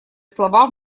слова